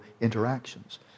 interactions